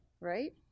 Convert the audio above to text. right